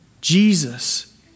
Jesus